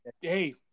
hey